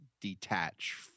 detach